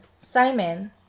Simon